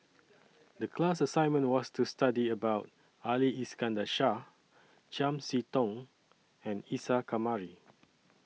The class assignment was to study about Ali Iskandar Shah Chiam See Tong and Isa Kamari